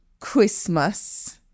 Christmas